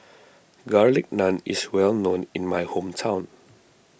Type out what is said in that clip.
Garlic Naan is well known in my hometown